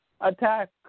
attack